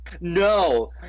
No